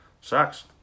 Sucks